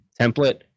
template